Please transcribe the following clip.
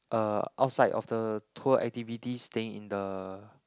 uh outside of the tour activities staying in the